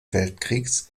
weltkriegs